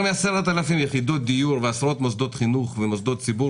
יותר מ-10,000 יחידות דיור ועשרות מוסדות חינוך ומוסדות ציבור